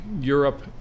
Europe